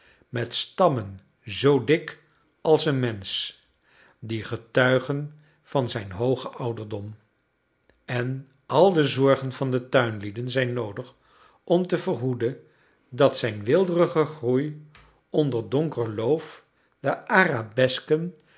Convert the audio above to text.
met stammen zoo dik als een mensch die getuigen van zijn hoogen ouderdom en al de zorgen van de tuinlieden zijn noodig om te verhoede dat zijn weelderige groei onder donker loof de